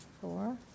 Four